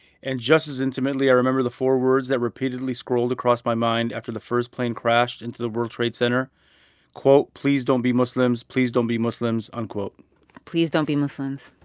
and just as intimately, i remember the four words that repeatedly scrolled across my mind after the first plane crashed into the world trade center quote, please don't be muslims. please don't be muslims, unquote please don't be muslims.